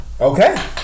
Okay